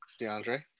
DeAndre